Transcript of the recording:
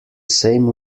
same